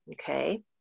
Okay